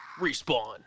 Respawn